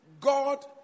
God